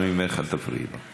אנא ממך, אל תפריעי לו.